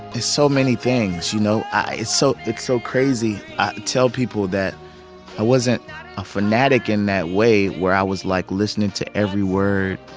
it's so many things, you know? so it's so crazy. i tell people that i wasn't a fanatic in that way where i was, like, listening to every word.